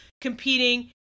competing